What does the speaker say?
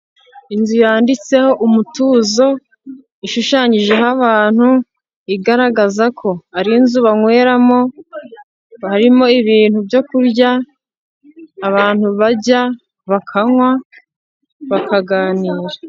Inzu yanditseho Umutuzo, ishushanyijeho abantu, igaragaza ko ari inzu banyweramo, harimo ibintu byo kurya abantu barya bakanywa bakaganira.